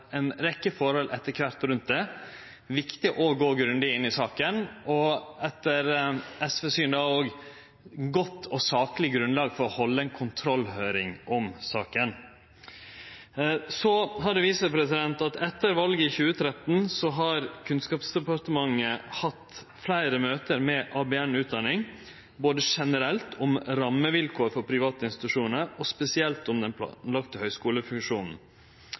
rundt det, er det viktig å gå grundig inn i saka og etter SVs syn òg eit godt og sakleg grunnlag for å halde ei kontrollhøyring. Så har det vist seg at etter valet i 2013 har Kunnskapsdepartementet hatt fleire møte med ABN Utdanning, både generelt om rammevilkår for private institusjonar, og spesielt om den